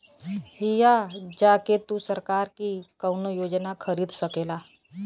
हिया जा के तू सरकार की कउनो योजना खरीद सकेला